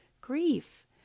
grief